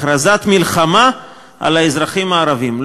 הכרזת מלחמה על הערבים.